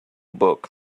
book